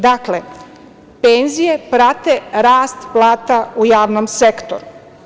Dakle, penzije prate rast plata u javnom sektoru.